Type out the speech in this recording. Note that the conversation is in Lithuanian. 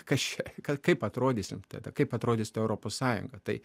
kas čia kad kaip atrodysime tada kaip atrodys ta europos sąjunga tai